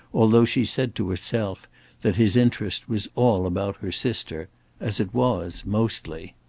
although she said to herself that his interest was all about her sister as it was mostly.